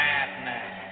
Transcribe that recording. Madness